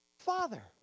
Father